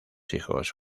hijos